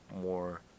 more